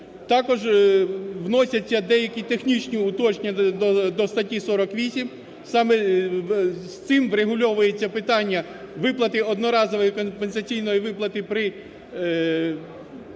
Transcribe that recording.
Також вносяться деякі технічні уточнення до статті 48. Саме цим врегульовується питання виплати одноразової компенсаційної виплати при